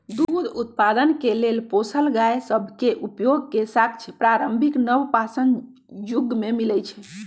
दूध उत्पादन के लेल पोसल गाय सभ के उपयोग के साक्ष्य प्रारंभिक नवपाषाण जुग में मिलइ छै